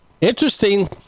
interesting